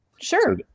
Sure